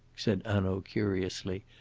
said hanaud curiously,